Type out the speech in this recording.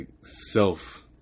self